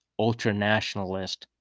ultranationalist